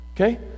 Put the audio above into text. Okay